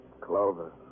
Clover